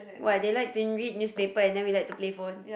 what they like to read newspaper and then we like to play phone